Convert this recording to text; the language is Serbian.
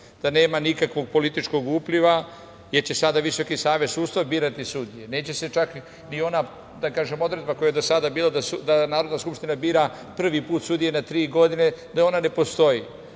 da nema nikakvog političkog upliva, jer će sada Visoki savet sudstva birati sudije, neće se čak ni ona, da kažem odredba koja je do sada bila da Narodna skupština bira prvi put sudije na tri godine, da ona ne postoji.